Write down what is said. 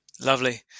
lovely